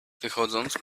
wychodząc